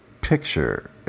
Picture